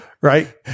right